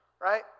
right